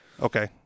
Okay